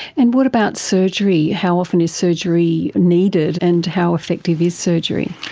and what about surgery? how often is surgery needed and how effective is surgery?